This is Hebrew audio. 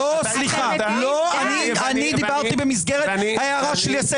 לא שמעת מה שאמרנו.